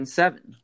seven